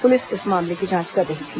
police इस मामले की जांच कर रही थी